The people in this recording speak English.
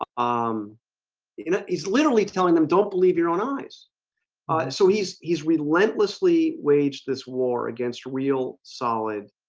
um um you know, he's literally telling them don't believe your own eyes so he's he's relentlessly waged this war against real solid,